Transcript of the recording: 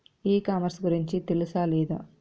ఈ కామర్స్ గురించి తెలుసా లేదా?